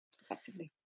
effectively